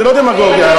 זו דמגוגיה.